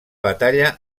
batalla